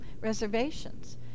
reservations